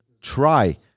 try